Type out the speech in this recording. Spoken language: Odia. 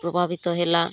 ପ୍ରଭାବିତ ହେଲା